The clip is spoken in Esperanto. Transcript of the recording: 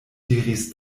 diris